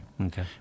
Okay